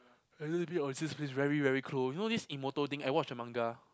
is it just me or is just is very very cold you know this thing I watch the manga